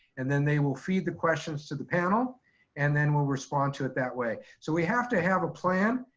and then they will feed the questions to the panel and then we'll respond to it that way. so we have to have a plan.